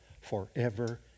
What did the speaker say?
forever